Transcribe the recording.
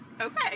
Okay